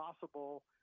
possible